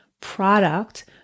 product